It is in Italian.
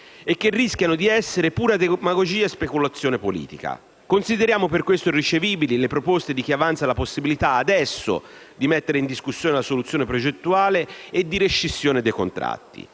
e che rischiano di essere pura demagogia e speculazione politica. Consideriamo per questo irricevibili le proposte di chi avanza la possibilità, adesso, di mettere in discussione la soluzione progettuale e di rescissione dei contratti.